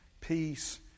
peace